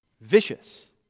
Vicious